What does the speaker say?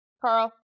Carl